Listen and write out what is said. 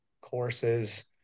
courses